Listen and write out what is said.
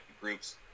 groups